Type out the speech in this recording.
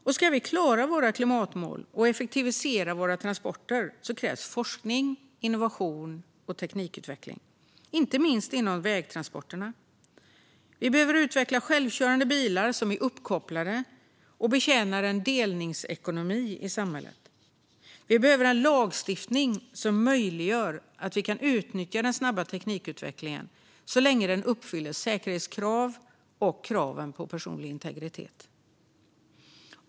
Om vi ska klara våra klimatmål och effektivisera våra transporter krävs forskning, innovation och teknikutveckling, inte minst inom vägtransporter. Vi behöver utveckla självkörande bilar som är uppkopplade och betjänar en delningsekonomi i samhället. Vi behöver en lagstiftning som möjliggör att vi kan utnyttja den snabba teknikutvecklingen så länge den uppfyller säkerhetskrav och kraven på personlig integritet.